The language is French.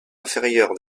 inférieure